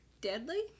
deadly